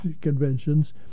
conventions